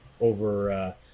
over